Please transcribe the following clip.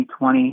2020